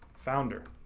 founder.